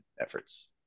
efforts